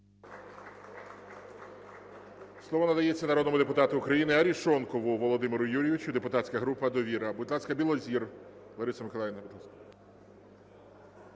Слово надається народному депутату України Арешонкову Володимиру Юрійовичу, депутатська група "Довіра". Будь ласка, Білозір Лариса Миколаївна.